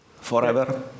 Forever